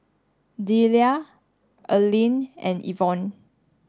Deliah Earlean and Evon